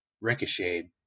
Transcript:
ricocheted